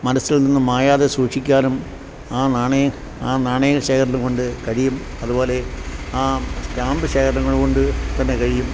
മനസ്സിൽ നിന്നും മായാതെ സൂക്ഷിക്കാനും ആ നാണയ ശേഖരണംകൊണ്ടു കഴിയും അതുപോലെ ആ സ്റ്റാമ്പ് ശേഖരങ്ങൾ കൊണ്ടുതന്നെ കഴിയും